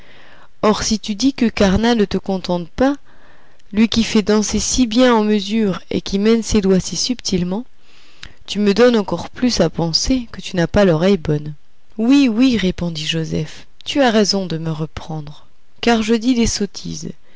or si tu dis que carnat ne te contente pas lui qui fait danser si bien en mesure et qui mène ses doigts si subtilement tu me donnes encore plus à penser que tu n'as pas l'oreille bonne oui oui répondit joseph tu as raison de me reprendre car je dis des sottises